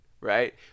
right